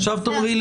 מה עוצמת הגריעה?